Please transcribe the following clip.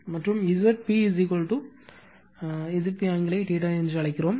மற்றும் Zp Zp ஆங்கிளை என்று அழைக்கிறோம்